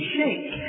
shake